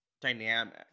dynamic